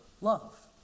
love